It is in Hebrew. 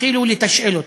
והתחילו לתשאל אותו: